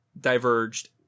diverged